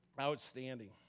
Outstanding